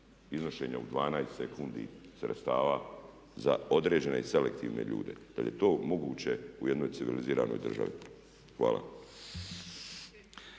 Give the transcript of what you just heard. iznošenja u 12 sekundi sredstava za određene i selektivne ljude? Da li je to moguće u jednoj civiliziranoj državi? Hvala.